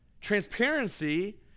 Transparency